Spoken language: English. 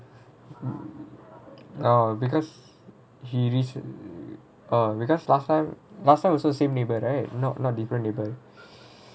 orh because he rece~ orh last time also same neighbour right not not different neighbour